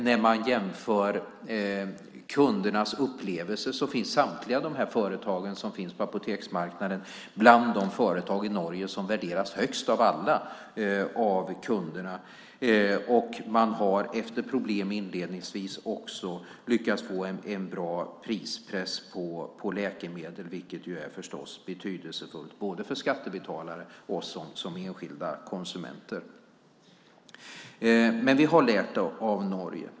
När man jämför kundernas upplevelse finns samtliga företag på apoteksmarknaden bland de företag i Norge som värderas högst av alla av kunderna. Efter problem inledningsvis har man också lyckats få en bra prispress på läkemedel, vilket förstås är betydelsefullt för människor både som skattebetalare och som enskilda konsumenter. Men vi har lärt av Norge.